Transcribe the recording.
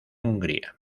hungría